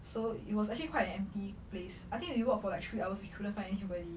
so it was actually quite an empty place I think we work for like three hours we couldn't find anybody